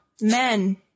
Men